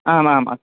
आमामाम् अस्य